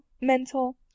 mental